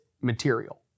material